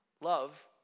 Love